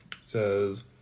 says